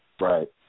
Right